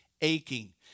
aching